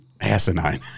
asinine